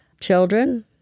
Children